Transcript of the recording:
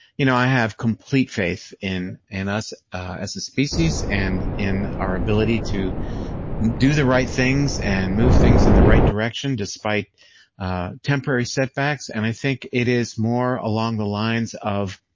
you know i have complete faith in in us as a species and in our ability to do the right things and move things in the right direction despite temporary setbacks and i think it is more along the lines of